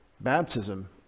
baptism